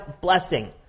blessing